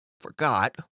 forgot